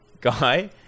guy